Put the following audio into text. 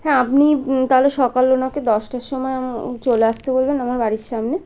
হ্যাঁ আপনি তালে সকালে ওকে দশটার সমায় চলে আসতে বলবেন আমার বাড়ির সামনে